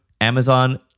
Amazon